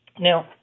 Now